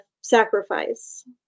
sacrifice